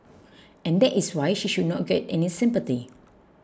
and that is why she should not get any sympathy